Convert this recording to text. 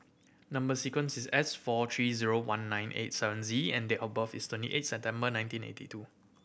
number sequence is S four three zero one nine eight seven Z and date of birth is twenty eighth September nineteen eighty two